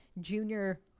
junior